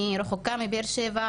אני רחוקה מבאר שבע,